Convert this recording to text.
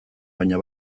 baina